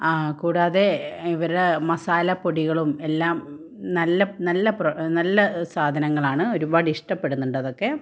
കൂടാതെ ഇവര മസാലപ്പൊടികളും എല്ലാം നല്ല നല്ല പ്രോ നല്ല സാധനങ്ങളാണ് ഒരുപാടിഷ്ടപ്പെടുന്നുണ്ട് അതൊക്കെ